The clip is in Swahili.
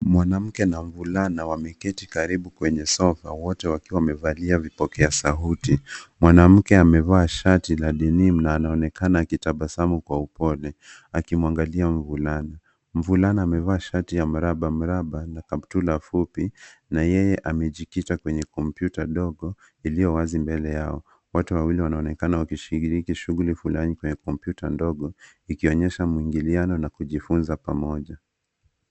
Mwanamke na mvulana wameketi karibu kwenye sofa wote wakiwa wamevalia vipokea sauti. Mwanamke amevaa shati la denim na anaonekana akitabasamu kwa upole akimwangalia mvulana. Mvulana amevaa shati ya mraba mraba na kaptula fupi na yeye amejikita kwenye kompyuta ndogo iliyo wazi mbele yao. Wote wawili wanaonekana wakishiriki shughuli fulani kwenye kompyuta ndogo ikionyesha muingiliano na kujifunza pamoja.